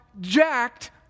jacked